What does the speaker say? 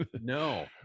No